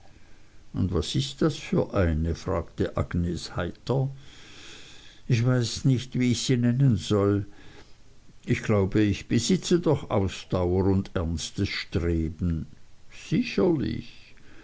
und was ist das für eine fragte agnes heiter ich weiß nicht wie ich sie nennen soll ich glaube ich besitze doch ausdauer und ernstes streben sicherlich